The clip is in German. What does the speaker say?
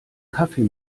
kaffee